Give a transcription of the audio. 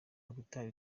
guitar